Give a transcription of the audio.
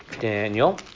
Daniel